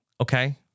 Okay